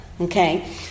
Okay